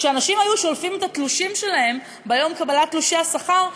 כשאנשים היו שולפים את התלושים שלהם ביום קבלת תלושי השכר,